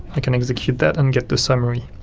i can execute that and get the summary.